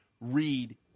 read